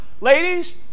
ladies